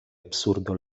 absurdo